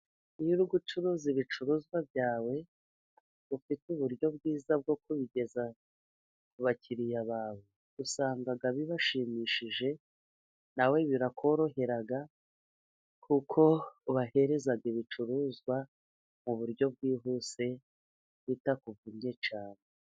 Iyo uri gucuruza ibicuruzwa byawe ufite uburyo bwiza bwo kubigeza ku bakiriya bawe, usanga bibashimishije, nawe birakorohera kuko ubahereza ibicuruzwa mu buryo bwihuse, bitakuvunnye cyane.